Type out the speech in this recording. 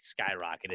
skyrocketed